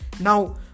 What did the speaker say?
Now